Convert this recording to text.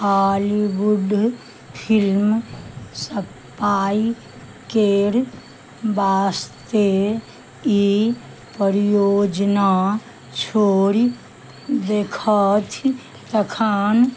Hollywood film spy केर वास्ते ई परियोजना छोड़ि देखथि तखन